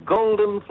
Golden